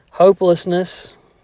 hopelessness